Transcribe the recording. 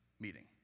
meeting